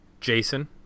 Jason